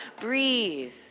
breathe